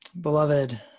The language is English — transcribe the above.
Beloved